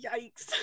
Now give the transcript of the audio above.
yikes